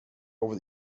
over